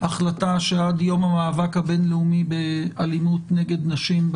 החלטה שעד יום המאבק הבין-לאומי באלימות נגד נשים,